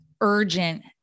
urgent